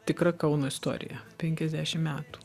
tikra kauno istorija penkiasdešim metų